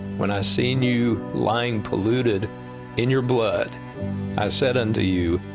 when i seen you lying polluted in your blood, i said unto you,